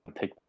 take